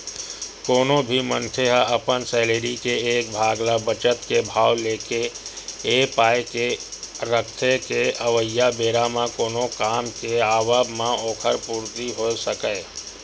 कोनो भी मनखे ह अपन सैलरी के एक भाग ल बचत के भाव लेके ए पाय के रखथे के अवइया बेरा म कोनो काम के आवब म ओखर पूरति होय सकय